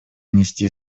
внести